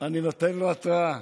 אני נותן לו התראה.